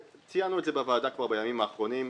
ציינו את זה כבר בפני הוועדה,